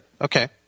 Okay